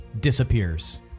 disappears